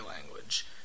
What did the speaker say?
language